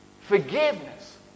Forgiveness